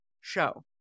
show